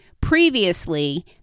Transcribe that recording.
previously